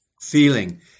feeling